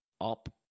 up